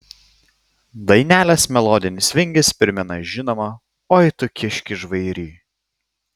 dainelės melodinis vingis primena žinomą oi tu kiški žvairy